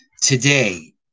Today